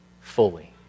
fully